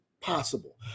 possible